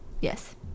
Yes